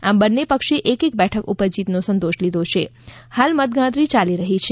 આમ બંને પક્ષે એક એક બેઠક ઉપર જીત નો સંતોષ લીધો છે હાલ મતગણતરી યાલી રહી છે